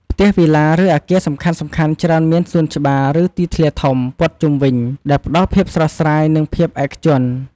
ផ្ទះវីឡា ឬអគារសំខាន់ៗច្រើនមាន សួនច្បារ ឬ ទីធ្លាធំ ព័ទ្ធជុំវិញ ដែលផ្តល់ភាពស្រស់ស្រាយ និងភាពឯកជន។